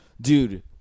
dude